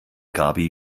gaby